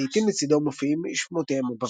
ולעיתים לצידו מופיעים שמותיהם הבבליים,